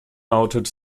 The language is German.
lautet